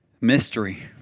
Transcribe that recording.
mystery